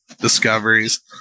discoveries